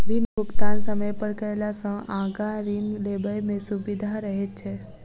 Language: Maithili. ऋण भुगतान समय पर कयला सॅ आगाँ ऋण लेबय मे सुबिधा रहैत छै